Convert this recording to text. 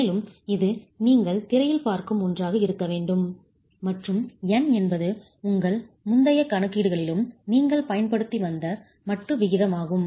மேலும் இது நீங்கள் திரையில் பார்க்கும் ஒன்றாக இருக்க வேண்டும் மற்றும் n என்பது உங்கள் முந்தைய கணக்கீடுகளிலும் நீங்கள் பயன்படுத்தி வந்த மட்டு விகிதமாகும்